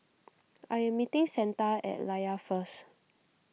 I am meeting Santa at Layar first